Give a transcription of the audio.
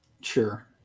Sure